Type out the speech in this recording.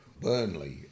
burnley